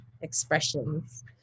expressions